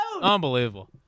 Unbelievable